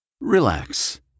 Relax